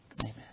amen